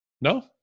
No